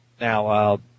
now